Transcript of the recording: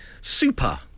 Super